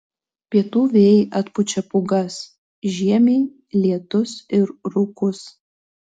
pietų vėjai atpučia pūgas žiemiai lietus ir rūkus